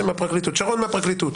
שרון מהפרקליטות,